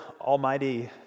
Almighty